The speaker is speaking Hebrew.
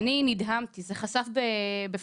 אני שואלת היכן זה עומד מבחינת היישום.